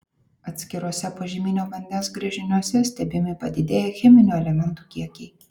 atskiruose požeminio vandens gręžiniuose stebimi padidėję cheminių elementų kiekiai